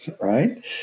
Right